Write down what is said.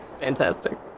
Fantastic